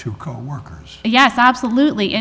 to coworkers yes absolutely